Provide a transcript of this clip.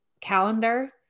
calendar